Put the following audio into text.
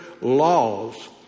laws